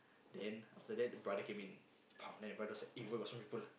then after that the brother came in then the brother say eh why got so many people